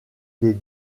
des